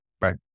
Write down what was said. Right